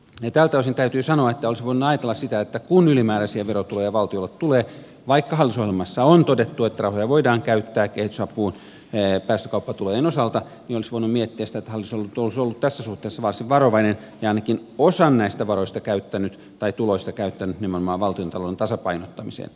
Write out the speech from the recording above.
tältä osin täytyy sanoa että olisi voinut ajatella sitä että kun ylimääräisiä verotuloja valtiolle tulee vaikka hallitusohjelmassa on todettu että rahoja voidaan käyttää kehitysapuun päästökauppatulojen osalta niin olisi voinut miettiä sitä että hallitus olisi ollut tässä suhteessa varsin varovainen ja ainakin osan näistä tuloista käyttänyt nimenomaan valtiontalouden tasapainottamiseen